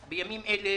בימים אלה